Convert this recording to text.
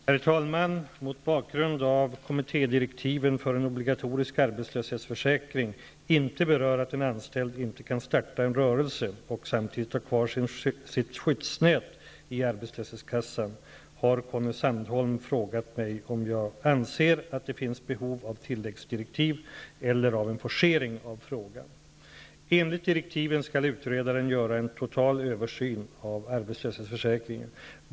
Herr talman! Mot bakgrund av att kommittédirektiven för en obligatorisk arbetslöshetsförsäkring inte berör att en anställd inte kan starta en rörelse och samtidigt ha kvar sitt skyddsnät i arbetslöshetskassan, har Conny Sandholm frågat mig om jag anser att det finns behov av tilläggsdirektiv eller av en forcering av frågan. Enligt direktiven skall utredaren göra en total översyn av arbetslöshetsförsäkringen.